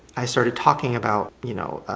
i started talking about, you know,